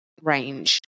range